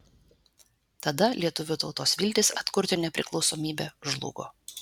tada lietuvių tautos viltys atkurti nepriklausomybę žlugo